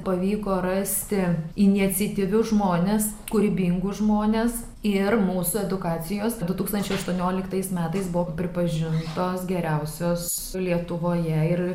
pavyko rasti iniciatyvius žmones kūrybingus žmones ir mūsų edukacijos du tūkstančiai aštuonioliktais metais buvo pripažintos geriausios lietuvoje ir